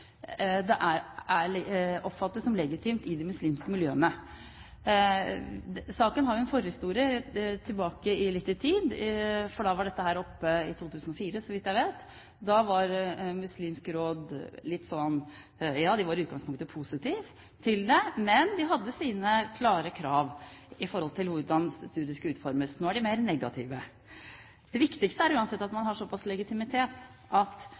en forhistorie litt tilbake i tid, for dette var oppe i 2004, så vidt jeg vet. Da var Islamsk Råd i utgangspunktet positive til det, men de hadde sine klare krav til hvordan studiet skulle utformes. Nå er de mer negative. Det viktigste er uansett at man har såpass legitimitet at